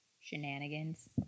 Shenanigans